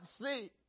see